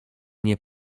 nie